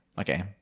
Okay